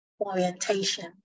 orientation